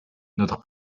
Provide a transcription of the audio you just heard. notre